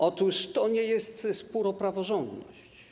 Otóż to nie jest spór o praworządność.